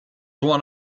one